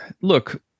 look